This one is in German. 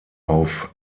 auf